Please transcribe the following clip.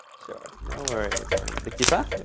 sure. no worries. and nikisa,